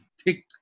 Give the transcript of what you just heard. thick